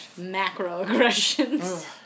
macroaggressions